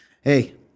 Hey